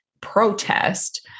protest